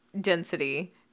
density